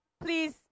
please